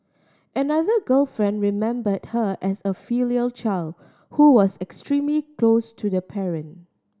another girlfriend remembered her as a filial child who was extremely close to the parent